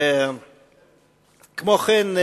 כמו כן,